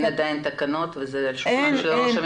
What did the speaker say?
אין עדיין תקנות, וזה על השולחן של ראש הממשלה.